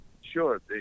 Sure